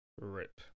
Rip